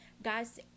guys